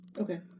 Okay